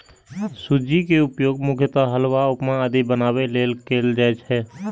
सूजी के उपयोग मुख्यतः हलवा, उपमा आदि बनाबै लेल कैल जाइ छै